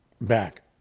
back